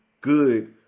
good